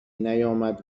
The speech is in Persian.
نیامد